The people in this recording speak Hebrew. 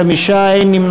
קבוצת סיעת רע"ם-תע"ל-מד"ע,